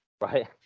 Right